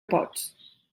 pots